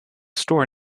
store